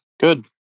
Good